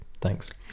Thanks